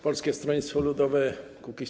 Polskie Stronnictwo Ludowe - Kukiz15.